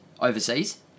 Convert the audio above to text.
overseas